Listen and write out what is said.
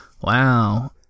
Wow